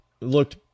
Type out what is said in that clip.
looked